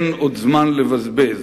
אין עוד זמן לבזבז.